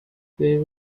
save